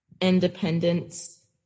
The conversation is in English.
Independence